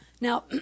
Now